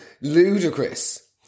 Ludicrous